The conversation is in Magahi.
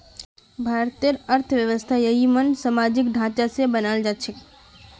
भारतेर अर्थव्यवस्था ययिंमन सामाजिक ढांचा स बनाल छेक